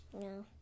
No